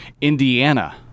Indiana